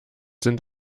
sind